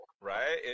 right